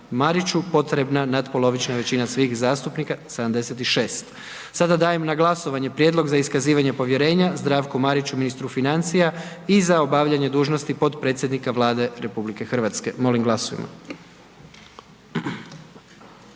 Mariću potrebna natpolovična većina svih zastupnika, 76. Sada dajem na glasovanje Prijedlog za iskazivanje povjerenja Zdravku Mariću, ministru financija i za obavljanje dužnosti potpredsjednika Vlade Republike Hrvatske. Molim glasujmo.